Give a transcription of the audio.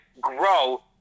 grow